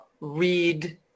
read